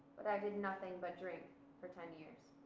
but i did nothing but drink for ten years.